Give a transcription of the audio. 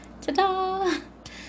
ta-da